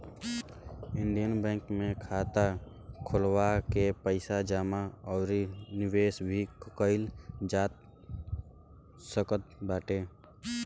Indian Bank में खाता खोलवा के पईसा जमा अउरी निवेश भी कईल जा सकत बाटे